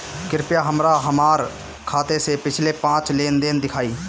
कृपया हमरा हमार खाते से पिछले पांच लेन देन दिखाइ